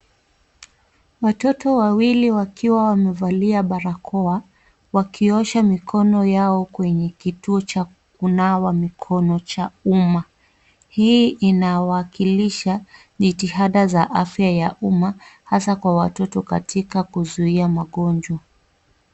Watoto wawili wakiwa wamevalia barakoa, wakiosha mikono yao kwenye kituo cha kunawa mikono cha uma. Hii inawakilisha jitihada za afya ya uma hasa kwa watotoa katika kuzuia magonjwa.